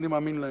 ואני מאמין להם.